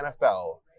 NFL